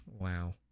Wow